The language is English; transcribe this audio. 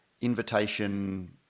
invitation